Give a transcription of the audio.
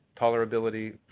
tolerability